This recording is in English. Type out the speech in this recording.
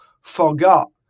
forgot